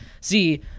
See